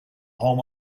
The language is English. home